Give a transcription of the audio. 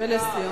ולסיום.